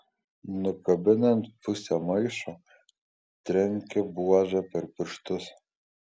nukabinant pusę maišo trenkia buože per pirštus